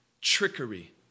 trickery